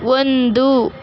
ಒಂದು